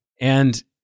And-